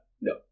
No